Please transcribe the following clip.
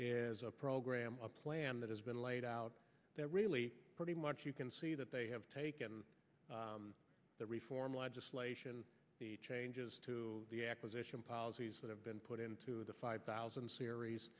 program a plan that has been laid out there really pretty much you can see that they have taken the reform legislation the changes to the acquisition policies that have been put into the five thousand series